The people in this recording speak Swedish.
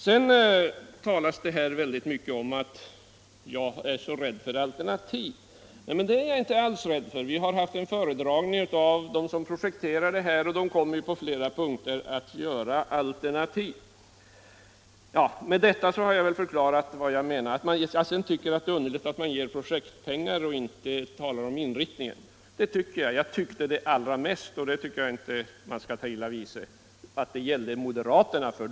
Sedan talas det här mycket om att jag är rädd för alternativ. Det är jag inte alls så rädd för. De som arbetar med projekteringen har gjort en föredragning, och de kommer på flera punkter att redovisa alternativ. Att jag sedan tycker att det är underligt att moderaterna ger projektpengar utan att tala om inriktningen tycker jag inte att man skall ta illa vid sig för.